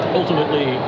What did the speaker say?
ultimately